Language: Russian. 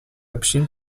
общин